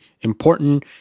important